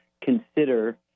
consider